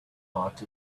part